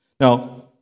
Now